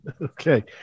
Okay